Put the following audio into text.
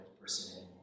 person